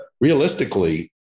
realistically